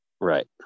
right